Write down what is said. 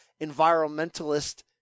environmentalist